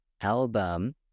album